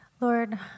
Lord